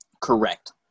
Correct